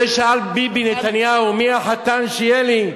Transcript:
זה שאל ביבי נתניהו: מי החתן שיהיה לי?